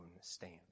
stand